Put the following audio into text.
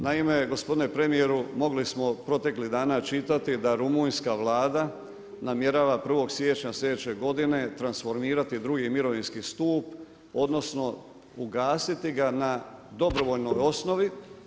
Naime, gospodin premjeru, mogli smo proteklih dana čitati da rumunjska vlada, namjerava 1.1 sljedeće godine transformirati 2.mirovinski stup, odnosno, ugasiti ga na dobrovoljnoj osnovi.